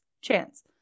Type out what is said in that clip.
chance